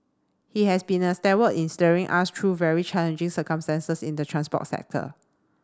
he has been a in steering us through very challenging circumstances in the transport sector